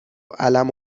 عَلَم